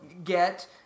get